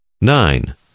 Nine